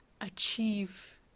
achieve